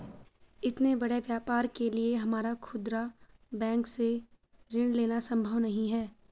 इतने बड़े व्यापार के लिए हमारा खुदरा बैंक से ऋण लेना सम्भव नहीं है